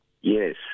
Yes